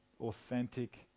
authentic